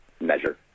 measure